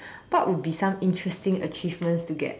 what would be some interesting achievements to get